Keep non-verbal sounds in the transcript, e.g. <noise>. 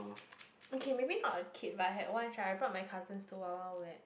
<breath> okay maybe not a kid but I had one child I brought my cousins to Wild-Wild-Wet